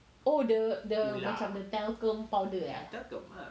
oh macam the the talcum powder eh